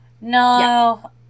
No